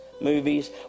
movies